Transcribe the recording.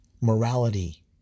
Morality